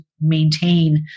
maintain